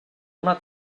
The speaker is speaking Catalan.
una